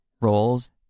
roles